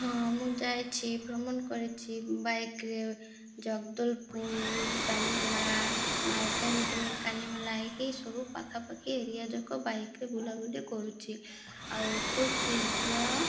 ହଁ ମୁଁ ଯାଇଛି ଭ୍ରମଣ କରିଛି ବାଇକ୍ରେ ଜଗଦଲପୁର ବାଲିମେଳା ମାଲକାନଗିରି କାଲିମେଳା ଏହିସବୁ ପାଖାପାଖି ଏରିଆ ଯାକ ବାଇକ୍ରେ ବୁଲାବୁଲି କରୁଛି ଆଉ ଖୁବ୍ ଶୀଘ୍ର